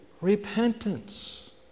repentance